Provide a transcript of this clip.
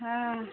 ଆଃ